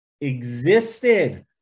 existed